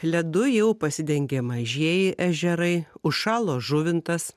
ledu jau pasidengė mažieji ežerai užšalo žuvintas